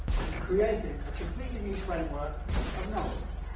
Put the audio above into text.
and creating a completely new framework of knowledge.